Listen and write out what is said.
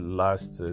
last